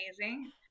amazing